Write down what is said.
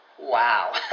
Wow